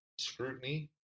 scrutiny